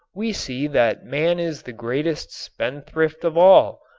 we see that man is the greatest spendthrift of all,